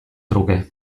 truke